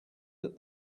that